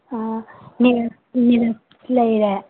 ꯑ ꯅꯤꯔꯁ ꯂꯩꯔꯦ